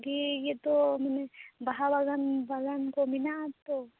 ᱵᱷᱟᱹᱜᱮ ᱜᱮᱛᱚ ᱢᱟᱱᱮ ᱵᱟᱦᱟ ᱵᱟᱜᱟᱱ ᱵᱟᱜᱟᱱ ᱠᱚ ᱢᱮᱱᱟᱜ ᱟᱛᱚ